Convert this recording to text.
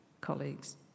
colleagues